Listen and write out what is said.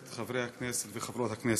חברי הכנסת וחברות הכנסת,